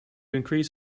increase